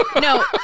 No